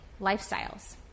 lifestyles